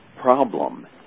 problem